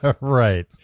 Right